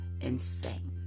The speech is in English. insane